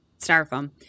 styrofoam